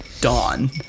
dawn